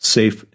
safe